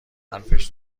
حرفش